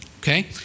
Okay